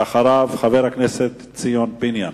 ואחריו, חבר הכנסת ציון פיניאן.